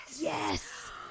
yes